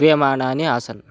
क्रियमाणानि आसन्